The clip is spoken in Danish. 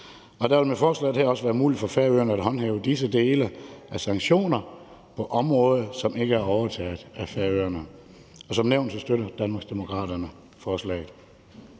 Det vil med forslaget her også være muligt for Færøerne at håndhæve disse dele af sanktioner på områder, som ikke er overtaget af Færøerne. Og som nævnt støtter Danmarksdemokraterne forslaget.